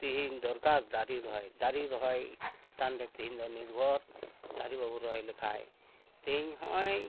ᱛᱮᱦᱮᱧ ᱫᱚᱨᱠᱟᱨ ᱫᱟᱨᱮ ᱨᱚᱦᱚᱭ ᱫᱟᱨᱮ ᱨᱚᱦᱚᱭ ᱪᱮᱛᱟᱱ ᱨᱮ ᱛᱮᱦᱮᱧ ᱫᱚ ᱱᱤᱨᱵᱷᱚᱨ ᱫᱟᱨᱮ ᱵᱟᱵᱚᱱ ᱨᱚᱦᱚᱭ ᱞᱮᱠᱷᱟᱱ ᱛᱤᱦᱤᱧ ᱦᱚᱜᱼᱚᱭ